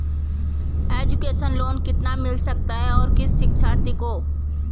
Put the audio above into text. Education loan कितना मिल सकता है और किस शिक्षार्थी को?